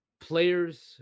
players